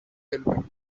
helping